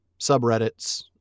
subreddits